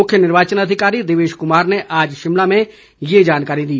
मुख्य निर्वाचन अधिकारी देवेश कुमार ने आज शिमला में ये जानकारी दी